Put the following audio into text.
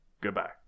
Goodbye